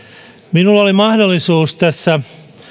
minulla oli mahdollisuus tässä